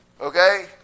Okay